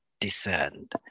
discerned